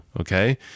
Okay